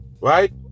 Right